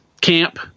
camp